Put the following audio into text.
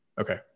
Okay